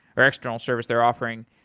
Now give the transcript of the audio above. or external service they're offering.